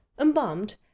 embalmed